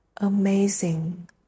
amazing